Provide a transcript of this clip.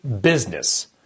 business